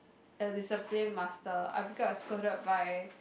a discipline master I've got scolded by